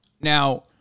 now